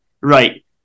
right